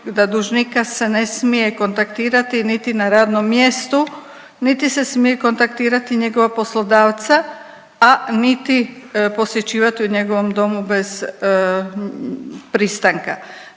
da dužnika se ne smije kontaktirati niti na radnom mjestu, niti se smije kontaktirati njegova poslodavca, a niti posjećivati u njegovom domu bez pristanka.